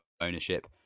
ownership